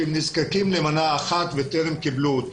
שהם נזקים למנה אחת וטרם קיבלו אותה.